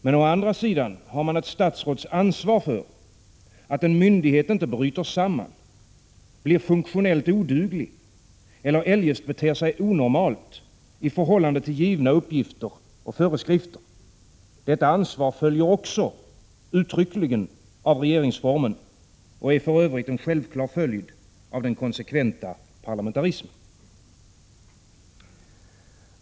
Men å andra sidan har man ett statsråds ansvar för att en myndighet inte bryter samman, blir funktionellt oduglig eller eljest beter sig onormalt i förhållande till givna uppgifter och föreskrifter. Detta ansvar följer också uttryckligen av regeringsformen och är för övrigt en självklar följd av den konsekventa parlamentarismen.